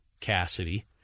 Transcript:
Cassidy